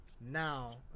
Now